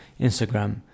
Instagram